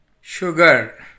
sugar